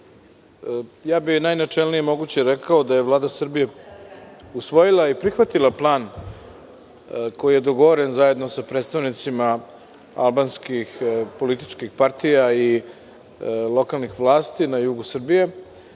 ja bih najnačelnije moguće rekao da je Vlada Srbije usvojila i prihvatila plan koji je dogovoren zajedno sa predstavnicima albanskih političkih partija i lokalnih vlasti na jugu Srbije